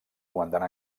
comandant